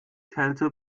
kälte